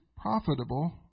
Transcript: profitable